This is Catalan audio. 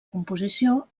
composició